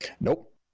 Nope